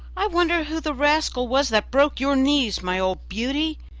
i wonder who the rascal was that broke your knees, my old beauty!